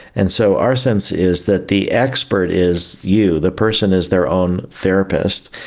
and so our sense is that the expert is you, the person is their own therapist,